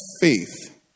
faith